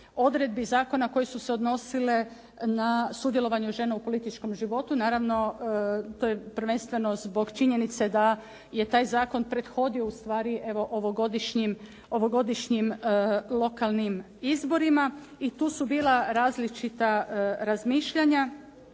odredbi zakona koje su se odnosile na sudjelovanje žena u političkom životu, naravno to je prvenstveno zbog činjenice da je taj zakon prethodio ustvari evo ovogodišnjim lokalnim izborima i tu su bila različita razmišljanja.